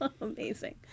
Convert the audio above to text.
Amazing